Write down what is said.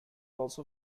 also